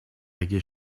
اگه